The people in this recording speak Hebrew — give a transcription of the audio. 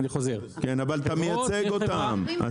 אתה מייצג אותם.